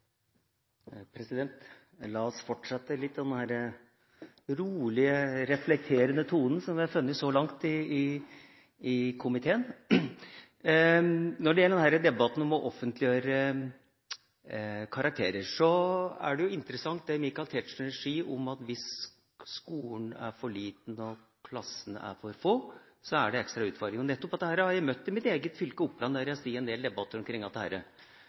data. La oss fortsette litt med den rolige, reflekterende tonen som vi i komiteen har funnet så langt. Når det gjelder debatten om å offentliggjøre karakterer, er det interessant det Michael Tetzschner sier, at hvis skolen er for liten og klassene for få, er det en ekstra utfordring. Nettopp dette har jeg møtt i mitt eget fylke, Oppland, der det har vært en del debatt omkring